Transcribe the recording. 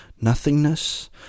nothingness